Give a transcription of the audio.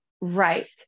Right